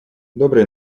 доброй